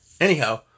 Anyhow